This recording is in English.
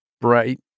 bright